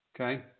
Okay